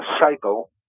cycle